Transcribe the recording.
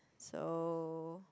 so